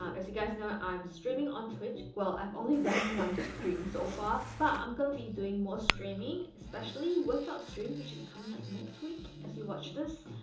um as you guys know, i'm streaming on twitch. well, i've only done one stream so far, but i'm gonna be doing more streaming, especially workout streams, which is coming up next week as you watch this.